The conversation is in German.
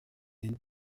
denn